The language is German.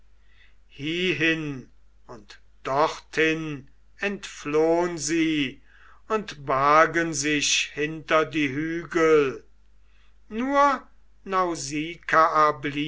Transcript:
und dorthin entflohn sie und bargen sich hinter die hügel nur